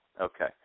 Okay